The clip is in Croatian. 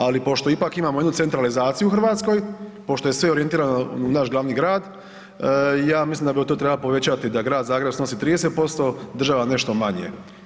Ali pošto ipak imamo jednu centralizaciju u Hrvatskoj, pošto je sve orijentirano na naš glavni grad, ja mislim da bi to trebalo povećati da Grad Zagreb snosi 30%, država nešto manje.